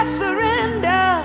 surrender